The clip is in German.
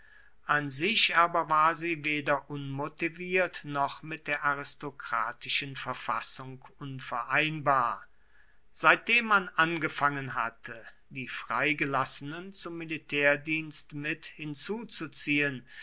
an sich aber war sie weder unmotiviert noch mit der aristokratischen verfassung unvereinbar seitdem man angefangen hatte die freigelassenen zum militärdienst mit hinzuzuziehen